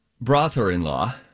brother-in-law